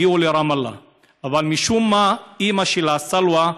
הגיעו לרמאללה, אבל משום מה אימא שלה, סאלווה,